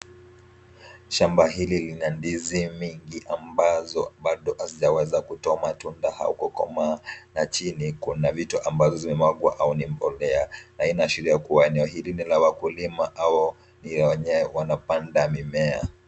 Shamba hili lina ndizi mingi ambazo bado hazijaweza kutoa matunda au kukomaa na chini kuna vitu ambazo zimemwagwa au ni mbolea na inaashiria kuwa eneo hili ni la wakulima au ni ya wenye wanapanda mimea.